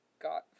got